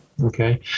Okay